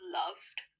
loved